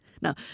Now